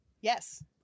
Yes